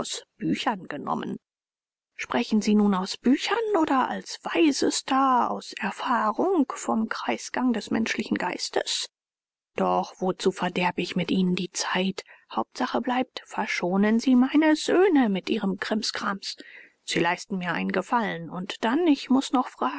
büchern genommen sprechen sie nun aus büchern oder als weisester aus erfahrung vom kreisgang des menschlichen geistes doch wozu verderb ich mit ihnen die zeit hauptsache bleibt verschonen sie meine söhne mit ihrem krimskrams sie leisten mir einen gefallen und dann ich muß noch fragen